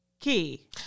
Key